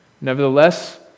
Nevertheless